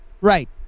Right